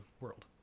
world